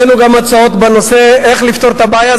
והעלינו גם הצעות איך לפתור את הבעיה.